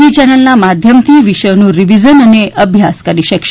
વી ચેનલના માધ્યમથી વિષયોનું રિવિઝન અને અભ્યાસ કરી શકશે